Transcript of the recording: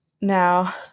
Now